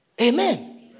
Amen